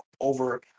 over